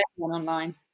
online